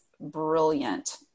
brilliant